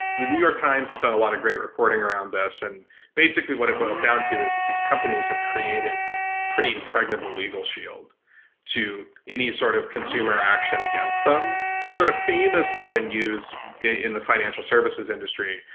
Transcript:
the new york times had done a lot of great reporting around this and basically what it boils down to is that these companies have created a pretty impregnable legal shield to any sort of consumer action against them. they're sort of famously been used in the financial services industry,